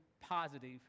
positive